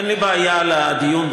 אין לי בעיה לדיון,